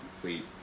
complete